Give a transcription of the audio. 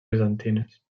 bizantines